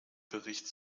bericht